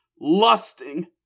lusting